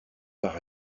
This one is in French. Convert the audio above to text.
par